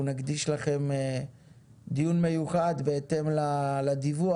אנחנו נקדיש לכם דיון מיוחד בהתאם לדיווח.